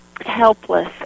helpless